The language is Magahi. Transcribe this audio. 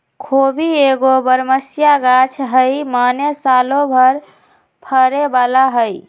खोबि एगो बरमसिया ग़ाछ हइ माने सालो भर फरे बला हइ